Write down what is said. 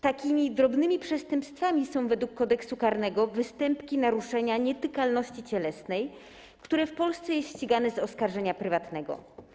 Takimi drobnymi przestępstwami są według Kodeksu karnego występki naruszenia nietykalności cielesnej, które są w Polsce ścigane z oskarżenia prywatnego.